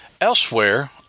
Elsewhere